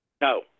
No